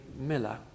Miller